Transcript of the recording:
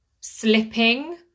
slipping